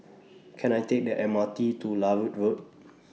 Can I Take The M R T to Larut Road